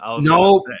no